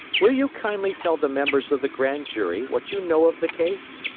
will you kindly tell the members of the grand jury what you know of the case?